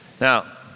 Now